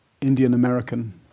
Indian-American